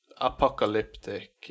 apocalyptic